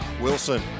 Wilson